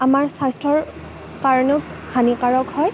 আমাৰ স্বাস্থ্যৰ কাৰণেও হানিকাৰক হয়